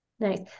Nice